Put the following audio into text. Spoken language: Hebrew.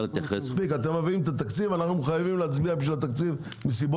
אתם מביאים את התקציב ואנחנו חייבים להצביע בעדו מסיבות